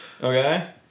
Okay